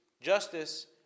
Justice